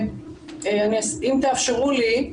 אם תאפשרו לי,